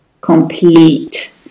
complete